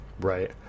right